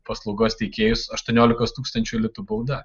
paslaugos teikėjus aštuoniolikos tūkstančių litų bauda